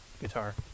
guitar